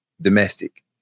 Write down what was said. domestic